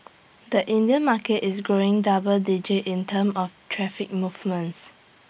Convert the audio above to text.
the Indian market is growing double digit in terms of traffic movements